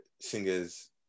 singers